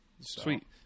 Sweet